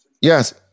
Yes